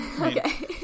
Okay